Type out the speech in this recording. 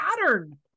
pattern